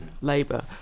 Labour